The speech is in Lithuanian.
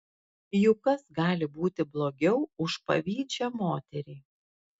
juk kas gali būti blogiau už pavydžią moterį